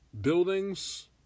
buildings